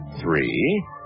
three